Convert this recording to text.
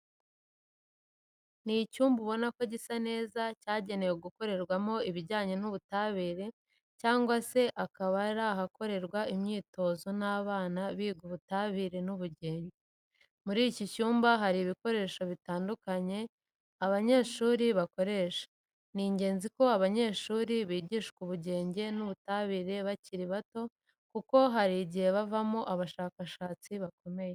Ni mu cyumba ubona ko gisa neza cyagenewe gukorerwamo ibijyanye n'ubutabire cyangwa se akaba ari ahakorerwa imyitozo n'abana biga Ubutabire n'Ubugenge. Muri iki cyumba hari ibikoresho bitandukanye aba banyeshuri bakoresha. Ni ingenzi ko abanyeshuri bigishwa Ubugenge n'Ubutabire bakiri bato kuko hari igihe bavamo abashakashatsi bakomeye.